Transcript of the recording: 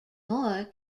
more